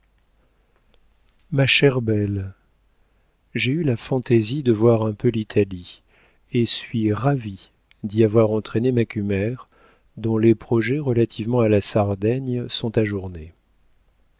ma chère belle j'ai eu la fantaisie de voir un peu l'italie et suis ravie d'y avoir entraîné macumer dont les projets relativement à la sardaigne sont ajournés